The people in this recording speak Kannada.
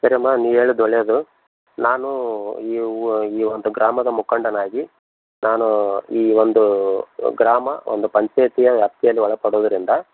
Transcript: ಸರಿ ಅಮ್ಮ ನೀವು ಹೇಳಿದ್ ಒಳ್ಳೆಯದು ನಾನು ಈ ಒಂದು ಗ್ರಾಮದ ಮುಖಂಡನಾಗಿ ನಾನು ಈ ಒಂದು ಗ್ರಾಮ ಒಂದು ಪಂಚಾಯಿತಿಯ ವ್ಯಾಪ್ತಿಯಲ್ಲಿ ಒಳಪಡುವುದರಿಂದ